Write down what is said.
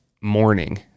morning